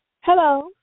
Hello